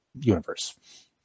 universe